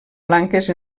blanques